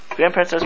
Grandparents